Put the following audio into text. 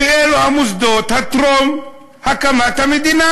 ואלו המוסדות טרום הקמת המדינה.